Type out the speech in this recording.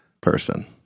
person